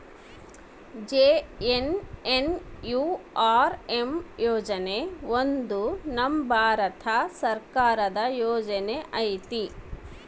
JNNURM ಯೋಜನೆ ಒಂದು ನಮ್ ಭಾರತ ಸರ್ಕಾರದ ಯೋಜನೆ ಐತಿ